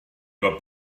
bod